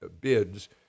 bids